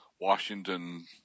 Washington